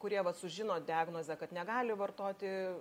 kurie va sužino diagnozę kad negali vartoti